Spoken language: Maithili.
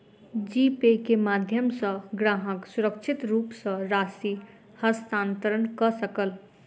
जी पे के माध्यम सॅ ग्राहक सुरक्षित रूप सॅ राशि हस्तांतरण कय सकल